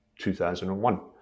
2001